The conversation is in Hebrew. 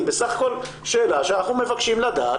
היא בסך הכל שאלה שאנחנו מבקשים לדעת